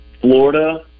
Florida